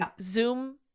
Zoom